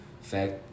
fact